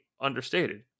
understated